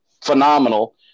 phenomenal